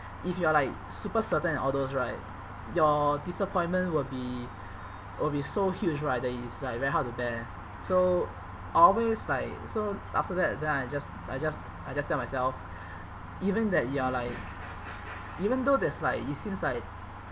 if you are like super certain and all those right your disappointment will be will be so huge right that it is like very hard to bear so always like so after that then I just I just I just tell myself even that you are like even though there's like it seems like